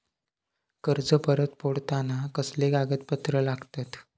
कर्ज परत फेडताना कसले कागदपत्र लागतत?